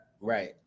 Right